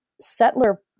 settler